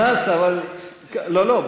לא,